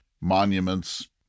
monuments